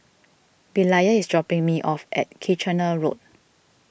Belia is dropping me off at Kitchener Road